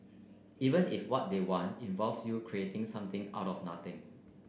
even if what they want involves you creating something out of nothing